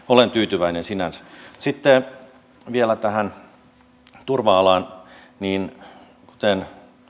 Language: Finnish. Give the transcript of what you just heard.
olen tyytyväinen sinänsä mutta sitten vielä tähän turva alaan kuten